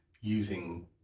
using